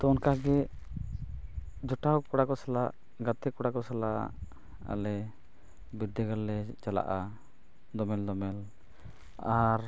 ᱛᱳ ᱚᱱᱠᱟ ᱜᱮ ᱡᱚᱴᱟᱣ ᱠᱚᱲᱟ ᱠᱚ ᱥᱟᱞᱟᱜ ᱜᱟᱛᱮ ᱠᱚᱲᱟ ᱠᱚ ᱥᱟᱞᱟᱜ ᱟᱞᱮ ᱵᱤᱨᱫᱽᱫᱟᱹᱜᱟᱲ ᱞᱮ ᱪᱟᱞᱟᱜᱼᱟ ᱫᱚᱢᱮᱞᱼᱫᱚᱢᱮᱞ ᱟᱨ